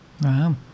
Wow